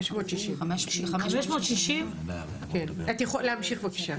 560. להמשיך, בבקשה.